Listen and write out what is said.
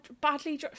badly